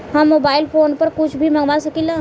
हम mobile phone पर कुछ भी मंगवा सकिला?